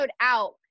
out